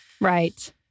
right